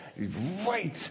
right